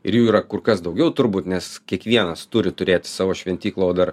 ir jų yra kur kas daugiau turbūt nes kiekvienas turi turėti savo šventyklą o dar